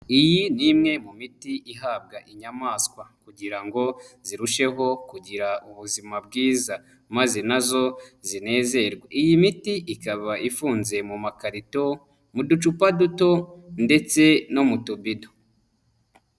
Iyi ni imwe mu miti ihabwa inyamaswa kugira ngo zirusheho kugira ubuzima bwiza maze na zo zinezerwe. Iyi miti ikaba ifunze mu makarito, mu ducupa duto ndetse no mu tubido.